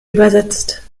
übersetzt